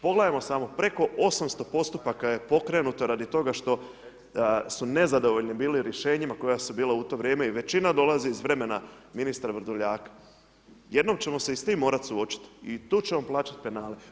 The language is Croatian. Pogledajmo samo, preko 800 postupaka je pokrenuto radi toga što su nezadovoljni bili rješenjima koja su bila u to vrijeme i većina dolazi iz vremena ministra Vrdoljaka, jednom ćemo se i s tim morati suočiti i tu ćemo plaćati penale.